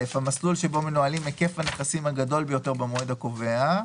המסלול שבו מנוהלים היקף הנכסים הגדול ביותר במועד הקובע,